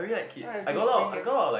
I'll just bring them